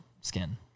skin